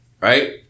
Right